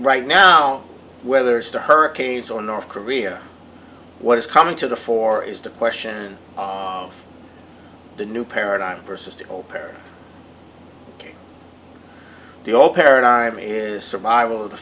right now whether it's to hurricanes or north korea what is coming to the fore is the question of the new paradigm versus to co parent the all paradigm is survival of the